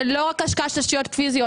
זה לא רק השקעה של תשתיות פיזיות.